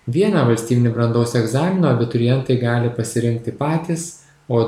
vieną valstybinį brandos egzaminą abiturientai gali pasirinkti patys o